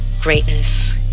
Greatness